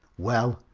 well,